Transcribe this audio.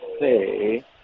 say